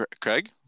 craig